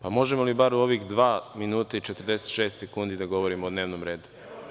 Pa, možemo li u ova dva minuta i 46 sekundi da govorimo o dnevnom redu?